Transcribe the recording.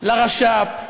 לרש"פ,